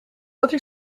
other